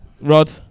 Rod